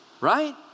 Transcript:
right